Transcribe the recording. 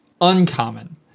uncommon